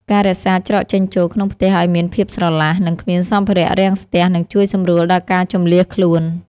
ការរក្សាច្រកចេញចូលក្នុងផ្ទះឱ្យមានភាពស្រឡះ និងគ្មានសម្ភារៈរាំងស្ទះនឹងជួយសម្រួលដល់ការជម្លៀសខ្លួន។